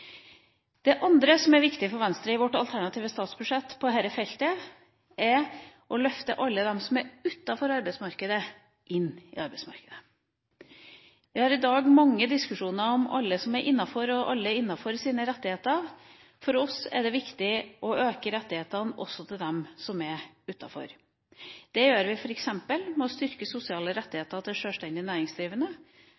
Det andre som er viktig for Venstre i vårt alternative statsbudsjett på dette feltet, er å løfte alle dem som er utenfor arbeidsmarkedet, inn i arbeidsmarkedet. Vi har i dag mange diskusjoner om alle som er innenfor, og deres rettigheter. For oss er det viktig å øke rettighetene også for dem som er utenfor. Det gjør vi f.eks. ved å styrke sosiale